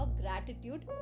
gratitude